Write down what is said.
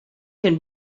can